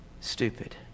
stupid